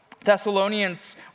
Thessalonians